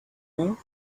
now